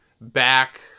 Back